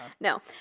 No